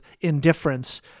indifference